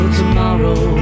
tomorrow